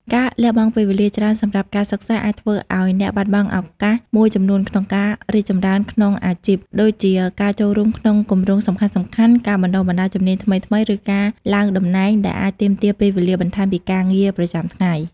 ការលះបង់ពេលវេលាច្រើនសម្រាប់ការសិក្សា អាចធ្វើឱ្យអ្នកបាត់បង់ឱកាសមួយចំនួនក្នុងការរីកចម្រើនក្នុងអាជីព ដូចជាការចូលរួមក្នុងគម្រោងសំខាន់ៗ ការបណ្តុះបណ្តាលជំនាញថ្មីៗ ឬការឡើងតំណែង ដែលអាចទាមទារពេលវេលាបន្ថែមពីការងារប្រចាំថ្ងៃ។